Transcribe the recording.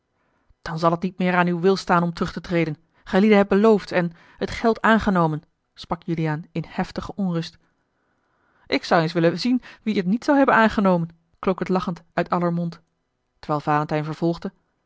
dan zal het niet meer aan uw wil staan om terug te treden gijlieden hebt beloofd en het geld aangenomen sprak juliaan in heftige onrust ik zou eens willen zien wie het niet zou hebben aangenomen klonk het lachend uit aller mond terwijl valentijn vervolgde